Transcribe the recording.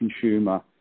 consumer